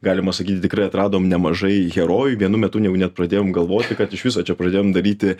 galima sakyti tikrai atradom nemažai herojų vienu metu jau net pradėjom galvoti kad iš viso čia pradėjom daryti